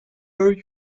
were